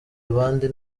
abandi